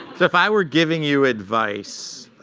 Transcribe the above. so if i were giving you advice,